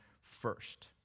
first